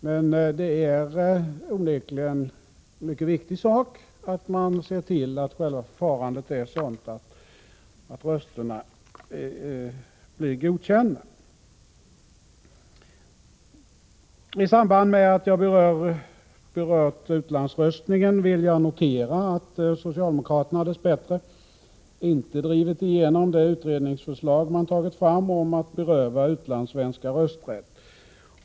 Men det är onekligen en mycket viktig omständighet att själva förfarandet blir sådant att rösterna kan godkännas. I samband med att jag berör utlandsröstningen vill jag notera att socialdemokraterna dess bättre inte drivit igenom det utredningsförslag man tagit fram om att beröva utlandssvenskar rösträtt.